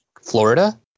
Florida